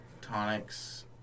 Tonics